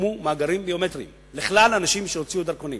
הוקמו מאגרים ביומטריים לכלל האנשים שהוציאו דרכונים.